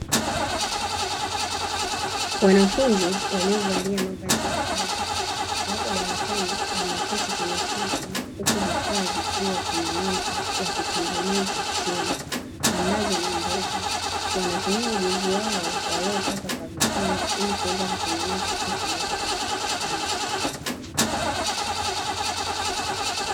Wanafunzi waliovalia mavazi ya kazi, wapo darasani wameketi kwenye kiti, huku vifaa vikiwa kwenye meza; wakitengeneza simu ambazo ni mbovu. Wanatumia ujuzi wao waliopata kwa vitendo ili kuweza kutengeneza kitu ambacho kimeshindikana.